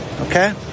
okay